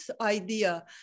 idea